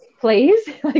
please